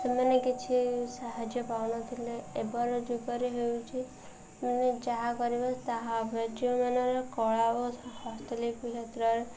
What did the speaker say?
ସେମାନେ କିଛି ସାହାଯ୍ୟ ପାଉନଥିଲେ ଏବେର ଯୁଗରେ ହେଉଛି ମାନେ ଯାହା କରିବା ତାହାରେ ଯେଉଁମାନର କଳା ଓ ହସ୍ତଲିିପୀ କ୍ଷେତ୍ରରେ